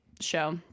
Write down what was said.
show